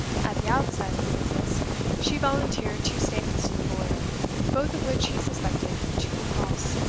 at the outset of the business she volunteered two statements to the lawyer both of which he suspected to be false.